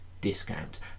discount